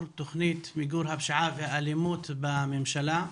תוכנית מיגור הפשיעה והאלימות בממשלה.